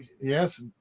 yes